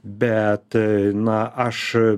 bet na aš